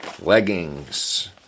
leggings